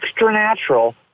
extranatural